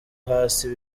hasi